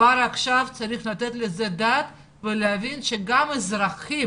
וכבר עכשיו צריך לתת על זה את הדעת ולהבין שגם אזרחים